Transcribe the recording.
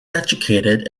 educated